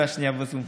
והשנייה בזום.